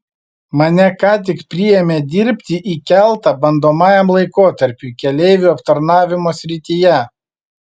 mane ką tik priėmė dirbti į keltą bandomajam laikotarpiui keleivių aptarnavimo srityje